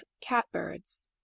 catbirds